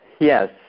Yes